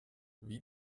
wie